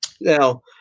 Now